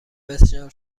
بسیار